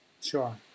Sure